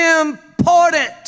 important